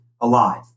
alive